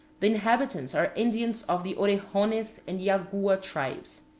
the inhabitants are indians of the orejones and yagua tribes.